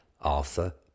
Arthur